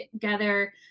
together